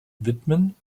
widmen